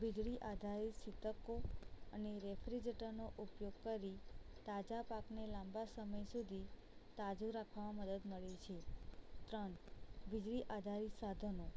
વીજળી આધારીત શિતકો અને રેફ્રીજરેટરનો ઉપયોગ કરી તાજા પાકને લાંબા સમય સુધી તાજું રાખવામાં મદદ મળે છે ત્રણ વીજળી આધારિત સાધનો